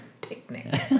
Picnic